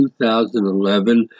2011